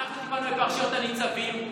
אנחנו טיפלנו בפרשיות הניצבים.